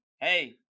Hey